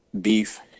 beef